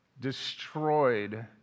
destroyed